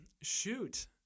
Shoot